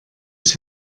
ich